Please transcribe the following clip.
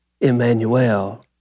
Emmanuel